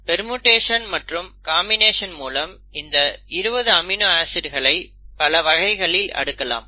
permutation மற்றும் combination மூலம் இந்த 20 அமினோ ஆசிட்களை பல வகைகளில் அடுக்கலாம்